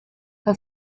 her